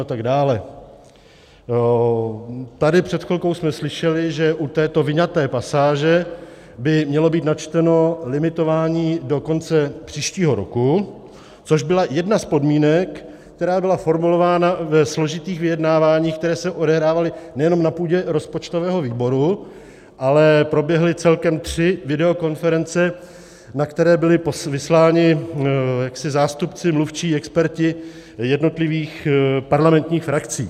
Tady před chvilkou jsme slyšeli, že u této vyňaté pasáže by mělo být načteno limitování do konce příštího roku, což byla jedna z podmínek, která byla formulována ve složitých vyjednáváních, která se odehrávala nejenom na půdě rozpočtového výboru, ale proběhly celkem tři videokonference, na které byli vysláni zástupci, mluvčí, experti jednotlivých parlamentních frakcí.